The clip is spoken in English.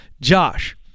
josh